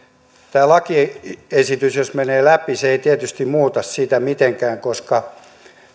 tämä lakiesitys menee läpi se ei tietysti muuta sitä mitenkään koska